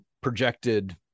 projected